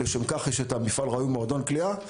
לשם כך יש את המפעל ראוי מועדון קליעה,